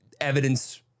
evidence-